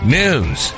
news